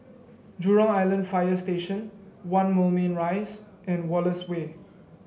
Jurong Island Fire Station One Moulmein Rise and Wallace Way